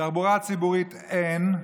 תחבורה ציבורית אין,